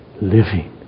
living